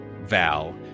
Val